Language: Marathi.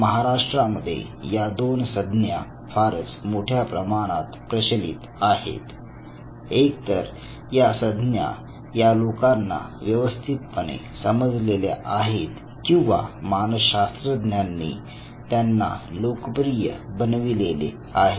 महाराष्ट्रामध्ये या दोन सज्ञा फारच मोठ्या प्रमाणात प्रचलित आहेत एक तर या सज्ञा या लोकांना व्यवस्थितपणे समजलेल्या आहेत किंवा मानसशास्त्रज्ञांनी त्यांना लोकप्रिय बनविलेले आहे